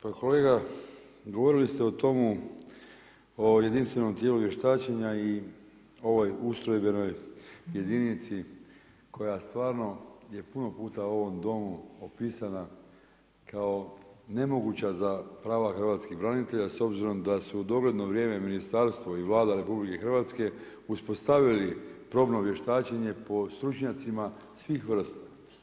Pa kolega govorili ste o tomu, o jedinstveno tijelu vještačenja i ovoj ustrojbenoj jedinici koja stvarno je puno puta u ovom Domu opisana kao nemoguća za prava hrvatskih branitelja s obzirom da su dogledno vrijeme Ministarstvo i Vlada RH uspostavili probno vještačenje po stručnjacima svih vrsta.